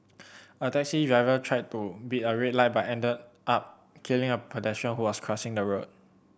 a taxi driver tried to beat a red light but ended up killing a pedestrian who was crossing the road